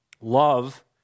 love